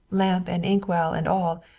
lamp and inkwell and all,